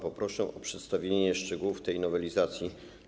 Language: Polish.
Poproszę o przedstawienie szczegółów tej nowelizacji.